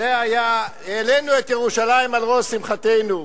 העלינו את ירושלים על ראש שמחתנו.